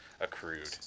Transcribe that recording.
accrued